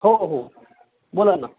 हो हो बोला ना